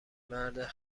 مرد